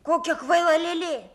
kokia kvaila lėlė